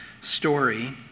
story